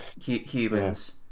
humans